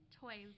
toys